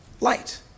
Light